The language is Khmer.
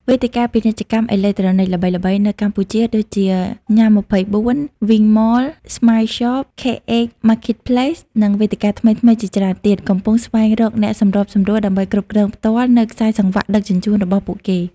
វេទិកាពាណិជ្ជកម្មអេឡិចត្រូនិក ល្បីៗនៅកម្ពុជាដូចជា Nham24, WingMall, Smile Shop, KH Marketplace និងវេទិកាថ្មីៗជាច្រើនទៀត កំពុងស្វែងរកអ្នកសម្របសម្រួលដើម្បីគ្រប់គ្រងផ្ទាល់នូវខ្សែសង្វាក់ដឹកជញ្ជូនរបស់ពួកគេ។